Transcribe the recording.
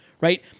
right